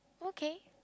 okay